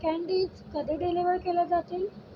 candies कधी deliver केल्या जातील